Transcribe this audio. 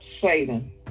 satan